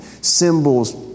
symbols